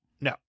No